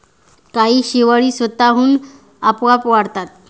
काही शेवाळी स्वतःहून आपोआप वाढतात